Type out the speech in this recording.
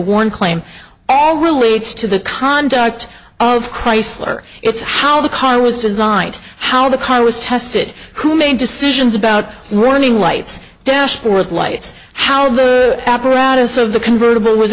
warn claim all relates to the conduct of chrysler it's how the car was designed how the car was tested who made decisions about running lights desperate lights how the apparatus of the convertible was